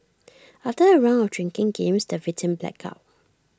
after A round of drinking games the victim blacked out